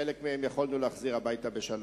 חלק מהם יכולנו להחזיר הביתה בשלום.